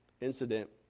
incident